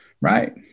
right